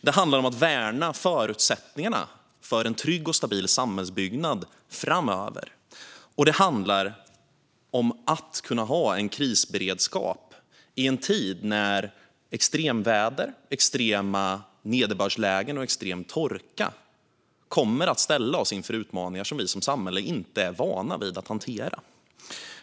Det handlar om att värna förutsättningarna för en trygg och stabil samhällsbyggnad framöver, och det handlar om att kunna ha en krisberedskap i en tid när extremväder, extrema nederbördslägen och extrem torka kommer att ställa oss inför utmaningar som vi som samhälle inte är vana vid att hantera.